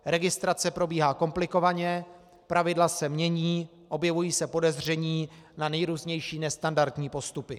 Registrace probíhá komplikovaně, pravidla se mění, objevují se podezření na nejrůznější nestandardní postupy.